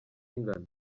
ingano